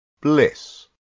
bliss